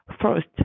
first